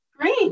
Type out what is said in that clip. Great